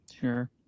Sure